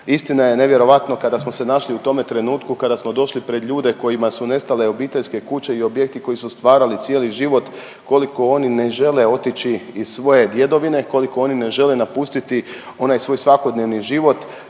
Istina je nevjerovatno kada smo se našli u tome trenutku kada smo došli pred ljude kojima su nestale obiteljske kuće i objekti koji su stvarali cijeli život koliko oni ne žele otići iz svoje djedovine, koliko oni ne žele napustiti onaj svoj svakodnevni život